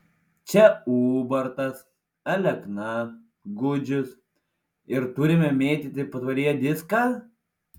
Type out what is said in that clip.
čia ubartas alekna gudžius ir turime mėtyti patvoryje diską